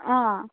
ꯑꯥ